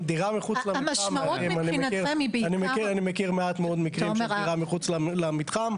אני מכיר מעט מאוד מקרים של דירה מחוץ למתחם.